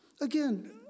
Again